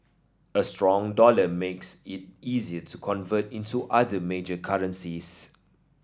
a strong dollar makes it easier to convert into other major currencies